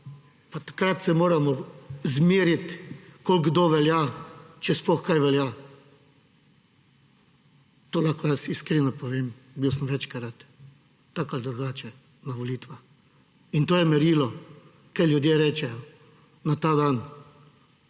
takrat se moramo izmeriti, koliko kdo velja, če sploh kaj velja. To lahko jaz iskreno povem, bil sem večkrat, tako ali drugače, na volitvah. In to je merilo, kaj ljudje rečejo na ta dan.